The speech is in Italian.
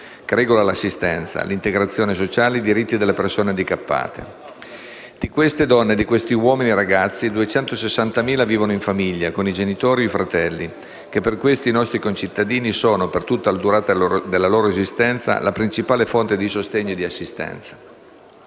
che regola l'assistenza, l'integrazione sociale e i diritti delle persone handicappate. Di queste donne e di questi uomini e ragazzi, 260.000 vivono in famiglia con i genitori o i fratelli che per questi nostri concittadini sono, per tutta la durata della loro esistenza, la principale fonte di sostegno e di assistenza.